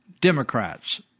Democrats